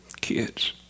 kids